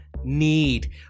need